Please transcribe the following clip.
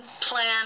plan